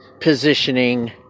positioning